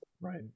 right